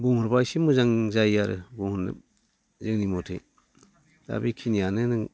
बुंहरब्ला एसे मोजां जायो आरो बुंहरनो जोंनि मथै दा बेखिनियानो नों